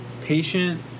patient